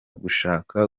gushaka